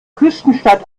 küstenstadt